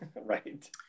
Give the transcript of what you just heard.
right